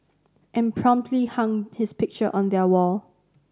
and promptly hung his picture on their wall